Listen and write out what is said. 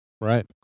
Right